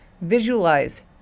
Visualize